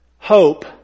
Hope